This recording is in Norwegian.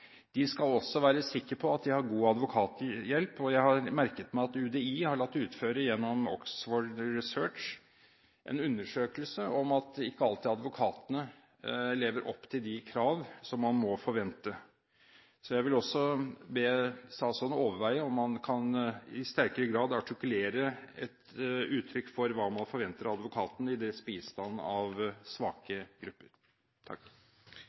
De skal også være sikre på at de har god advokathjelp. Jeg har merket meg at UDI har latt utføre, gjennom Oxford Research, en undersøkelse om det er slik at advokatene ikke alltid lever opp til de krav som man må forvente. Jeg vil også be statsråden overveie om man i sterkere grad kan artikulere et uttrykk for hva man forventer av advokatene i deres bistand av